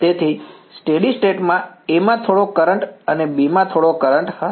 તેથી steady state માં A માં થોડો કરંટ અને B માં થોડો કરંટ હશે